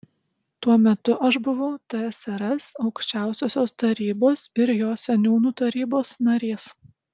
tuo metu aš buvau tsrs aukščiausiosios tarybos ir jos seniūnų tarybos narys